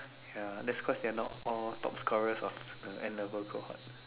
ya that's quite standard of all top scoreres of the N-level cohort